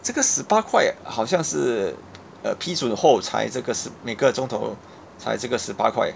这个十八块好像是 uh 批准后才这个是每个钟头才这个十八块